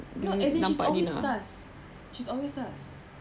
no as in she's always sus she's always sus